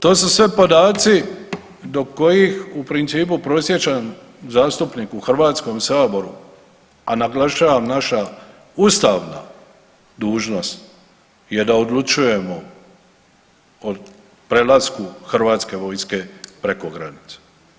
To su sve podaci do kojih u principu, prosječan zastupnik u HS-u, a naglašavam naša ustavna dužnost je da odlučujemo o prelasku Hrvatske vojske preko granice.